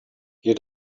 you